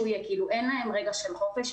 אין להם רגע של חופש.